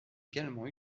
également